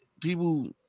people